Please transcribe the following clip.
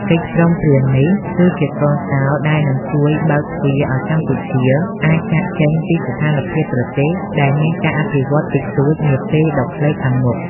កិច្ចព្រមព្រៀងនេះ គឺជាកូនសោដែលនឹងជួយបើកទ្វារឱ្យកម្ពុជាអាចចាកចេញពីស្ថានភាពប្រទេសដែលមានការអភិវឌ្ឍតិចតួចនាពេលដ៏ខ្លីខាងមុខ។